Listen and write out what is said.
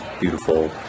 beautiful